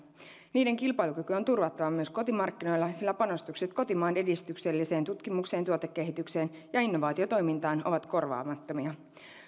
niiden kilpailukyky on turvattava myös kotimarkkinoilla sillä panostukset kotimaan edistykselliseen tutkimukseen tuotekehitykseen ja innovaatiotoimintaan ovat korvaamattomia